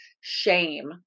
shame